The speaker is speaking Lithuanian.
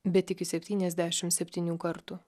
bet iki septyniasdešim septynių kartų